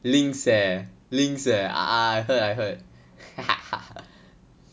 links eh links eh I I heard I heard